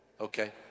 okay